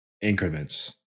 increments